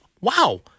wow